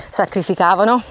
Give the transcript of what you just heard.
sacrificavano